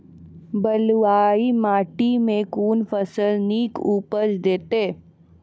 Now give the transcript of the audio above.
बलूआही माटि मे कून फसल नीक उपज देतै?